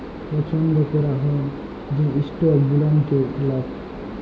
পছল্দ ক্যরা হ্যয় যে ইস্টক গুলানকে লক